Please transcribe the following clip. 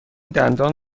دندان